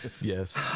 Yes